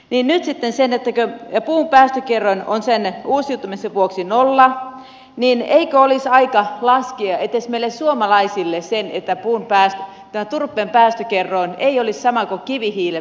minä sitten sen ikä ja puun päästökerroin on sen uusiutumisen vuoksi nolla niin eikö olisi aika laskea edes meille suomalaisille se että tämän turpeen päästökerroin ei olisi sama kuin kivihiilen päästökerroin